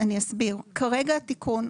כרגע התיקון,